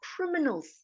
criminals